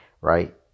Right